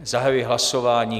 Zahajuji hlasování.